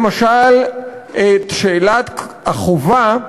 למשל את שאלת החובה,